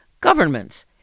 governments